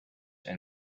and